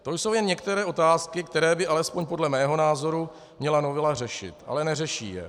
To jsou jen některé otázky, které by alespoň podle mého názoru měla novela řešit, ale neřeší je.